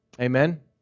Amen